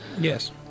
yes